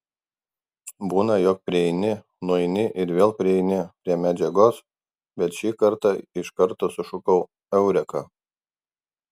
būna jog prieini nueini ir vėl prieini prie medžiagos bet šį kartą iš karto sušukau eureka